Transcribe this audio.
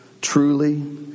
truly